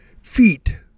Feet